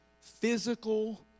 physical